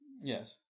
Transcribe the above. Yes